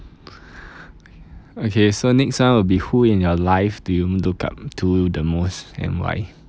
okay so next one will be who in your life do you look up to the most and why